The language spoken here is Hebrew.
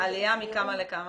--- עלייה מכמה לכמה?